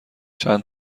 چند